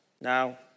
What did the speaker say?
Now